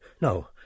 No